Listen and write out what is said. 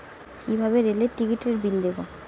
কিভাবে রেলের টিকিটের বিল দেবো?